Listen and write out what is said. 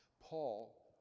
Paul